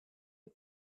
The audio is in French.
est